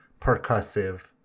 percussive